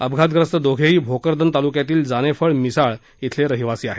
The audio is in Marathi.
अपघातग्रस्त दोघेही भोकरदन तालुक्यातील जानेफळ मिसाळ इथले रहिवासी आहेत